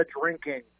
drinking